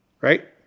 right